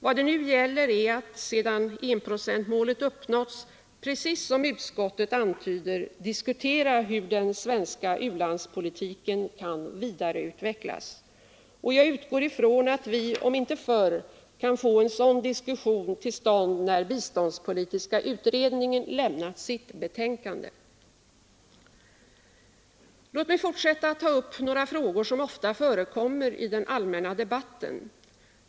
Vad det nu gäller är att sedan enprocentsmålet uppnåtts — precis som utskottet antyder — diskutera hur den svenska u-landspolitiken kan vidareutvecklas. Jag utgår ifrån att vi — om inte förr — kan få en sådan diskussion när biståndspolitiska utredningen lämnat sitt betänkande. Låt mig fortsätta med att ta upp några frågor som ofta förekommer i den allmänna debatten.